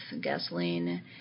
gasoline